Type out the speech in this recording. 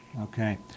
Okay